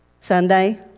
Sunday